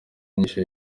inyigisho